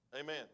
Amen